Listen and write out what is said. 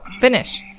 Finish